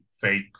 fake